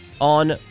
on